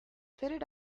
fitted